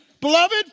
Beloved